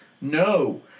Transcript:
No